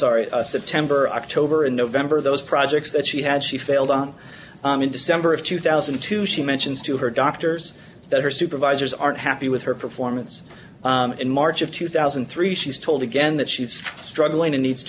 sorry september october and november those projects that she had she failed on in december of two thousand and two she mentions to her doctors that her supervisors aren't happy with her performance in march of two thousand and three she's told again that she's struggling and needs